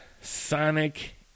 Sonic